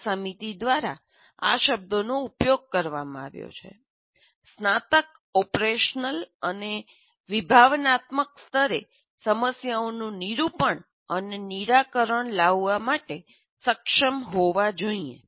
આ સમિતિ દ્વારા આ શબ્દોનો ઉપયોગ કરવામાં આવ્યો છે સ્નાતક ઓપરેશનલ અને વિભાવનાત્મક સ્તરે સમસ્યાઓનું નિરૂપણ અને નિરાકરણ લાવવા માટે સક્ષમ હોવા જોઈએ